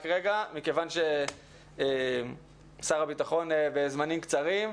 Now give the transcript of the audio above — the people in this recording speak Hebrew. מכיוון ששר הביטחון בזמנים קצרים,